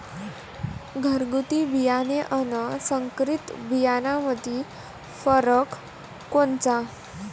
घरगुती बियाणे अन संकरीत बियाणामंदी फरक कोनचा?